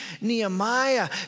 Nehemiah